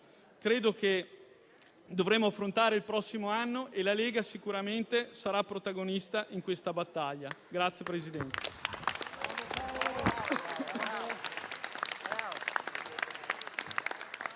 che dovremo affrontare il prossimo anno e la Lega sicuramente sarà protagonista in questa battaglia.